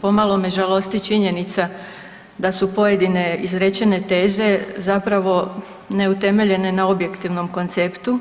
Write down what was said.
Pomalo me žalosti činjenica da su pojedine izrečene teze zapravo neutemeljene na objektivnom konceptu,